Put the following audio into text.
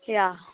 yeah